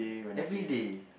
everyday